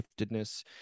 giftedness